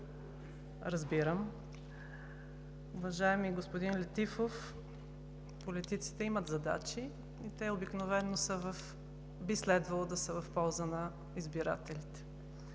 Разбирам. Уважаеми господин Летифов, политиците имат задачи и те обикновено би следвало да са в полза на избирателите.